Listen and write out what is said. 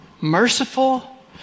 merciful